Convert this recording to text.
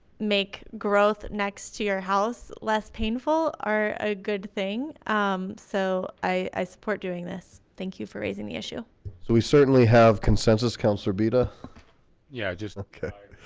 make growth next to your house less painful are a good thing um so i support doing this. thank you for raising the issue. so we certainly have consensus councillor bita yeah, just okay